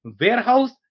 warehouse